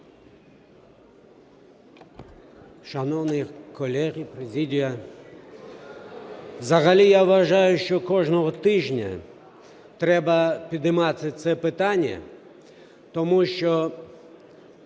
Шановні колеги, президія! Взагалі я вважаю, що кожного тижня треба піднімати це питання, тому що